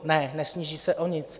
Ne, nesníží se o nic.